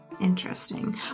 Interesting